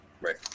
right